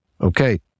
Okay